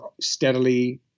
steadily